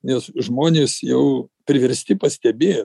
nes žmonės jau priversti pastebėt